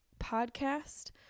podcast